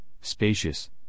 spacious